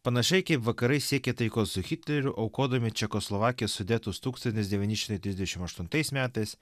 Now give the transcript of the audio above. panašiai kaip vakarai siekė taikos su hitleriu aukodami čekoslovakijos sudetus tūkstantis devyni šimtai trisdešimt aštuntais metais